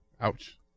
Ouch